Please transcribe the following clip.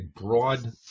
broad